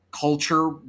culture